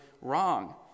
wrong